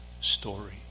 story